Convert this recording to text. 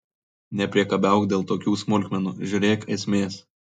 nepriekabiauk dėl tokių smulkmenų žiūrėk esmės